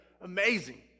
amazing